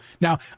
Now